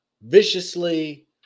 viciously